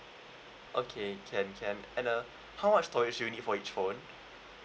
okay can can and uh how much storage you need for each phone